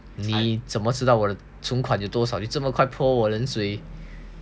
你怎么知道我的存款就多少就这么快泼我冷水